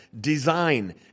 design